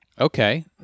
okay